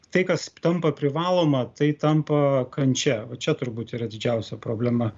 tai kas tampa privaloma tai tampa kančia čia turbūt yra didžiausia problema